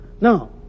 Now